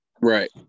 right